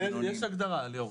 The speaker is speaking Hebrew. יש הגדרה, ליאור.